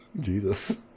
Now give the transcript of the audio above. Jesus